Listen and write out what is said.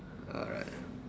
alright